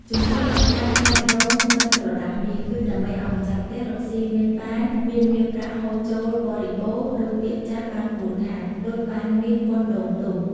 ចំពោះអ្នកកាន់ផ្លែដូងបិទក្រដាសមាស គឺដើម្បីឲ្យម្ចាស់ផ្ទះរកសុីមានបាន មានមាសប្រាក់ហូរចូលបរិបូណ៌ដូចពាក្យចាស់បានពោលថា ដូចបានមាសប៉ុនដូងទុំ ។